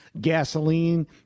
gasoline